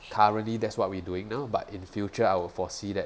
currently that's what we doing now but in future I'll foresee that